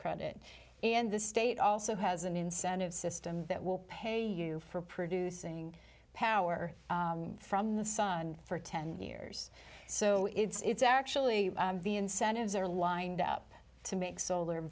credit and the state also has an incentive system that will pay you for producing power from the sun for ten years so it's actually the incentives are lined up to make solar